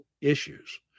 issues